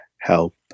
help